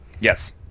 Yes